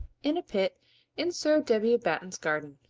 in a pit in sir w. batten's garden.